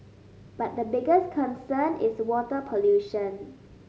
but the biggest concern is water pollution